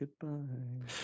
goodbye